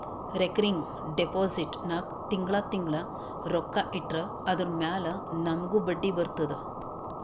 recurring deposit ನಾಗ್ ತಿಂಗಳಾ ತಿಂಗಳಾ ರೊಕ್ಕಾ ಇಟ್ಟರ್ ಅದುರ ಮ್ಯಾಲ ನಮೂಗ್ ಬಡ್ಡಿ ಬರ್ತುದ